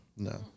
No